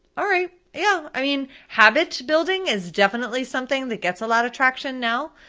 all right, yeah, i mean habit building is definitely something that gets a lot of traction now.